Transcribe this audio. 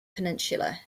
peninsula